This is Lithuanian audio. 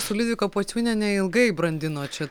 su liudvika pociūniene ilgai brandinot šitą